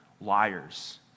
liars